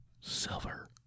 silver